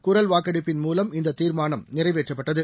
குரல் வாக்கெடுப்பின் மூலம் இந்த தீர்மானம் நிறைவேற்றப்பட்டது